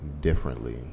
differently